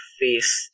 face